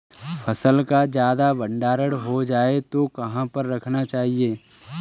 फसल का ज्यादा भंडारण हो जाए तो कहाँ पर रखना चाहिए?